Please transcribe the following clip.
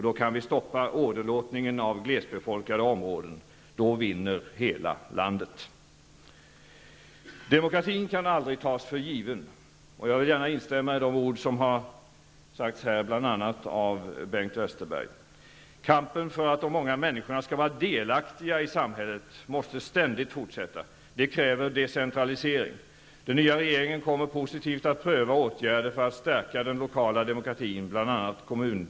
Då kan vi stoppa åderlåtningen av glesbefolkade områden. Då vinner hela landet. Demokratin kan aldrig tas för given. Jag vill gärna instämma i de ord som sagts bl.a. av Bengt Westerberg. Kampen för att de många människorna skall vara delaktiga i samhället måste ständigt fortsätta. Det kräver decentralisering. Den nya regeringen kommer positivt att pröva åtgärder för att stärka den lokala demokratin, bl.a.